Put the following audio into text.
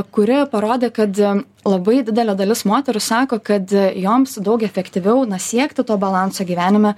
kuri parodė kad labai didelė dalis moterų sako kad joms daug efektyviau na siekti to balanso gyvenime